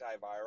antiviral